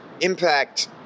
Impact